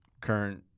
current